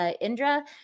Indra